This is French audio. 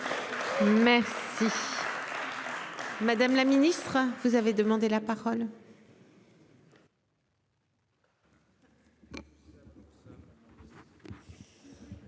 de loi. Madame la ministre, vous avez demandé la parole.